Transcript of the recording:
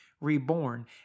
reborn